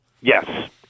Yes